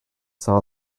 saw